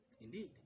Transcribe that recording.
indeed